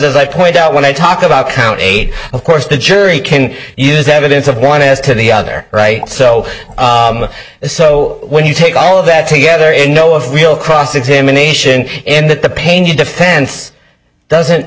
as i point out when i talk about count eight of course the jury can use evidence of one as to the other right so so when you take all of that together and know of real cross examination in that the pain the defense doesn't